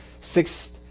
six